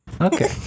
Okay